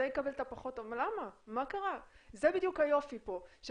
זה יקבל את הפחות טוב וזה את היותר טוב.